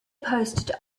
posted